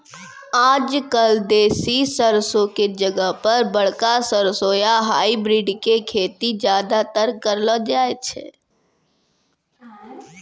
आजकल देसी सरसों के जगह पर बड़का सरसों या हाइब्रिड के खेती ज्यादातर करलो जाय छै